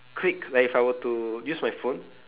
quick like if I were to use my phone